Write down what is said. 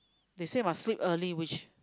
they say must sleep early which